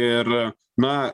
ir na